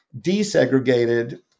desegregated